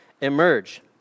emerge